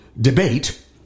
debate